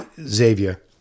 Xavier